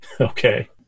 Okay